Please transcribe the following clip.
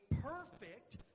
perfect